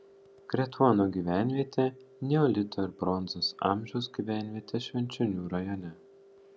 kretuono gyvenvietė neolito ir bronzos amžiaus gyvenvietė švenčionių rajone